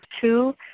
two